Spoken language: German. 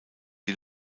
die